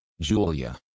Julia